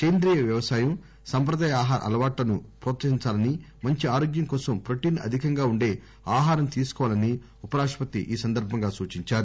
సేంద్రీయ వ్యవసాయం సంప్రదాయ ఆహార అలవాట్లను హ్రోత్పహించాలని మంచి ఆరోగ్యం కోసం ప్రొటీన్ అధికంగా ఉండే ఆహారం తీసుకోవాలని ఉప రాష్టపతి సూచించారు